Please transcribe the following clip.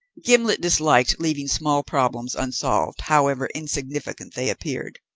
gimblet disliked leaving small problems unsolved, however insignificant they appeared.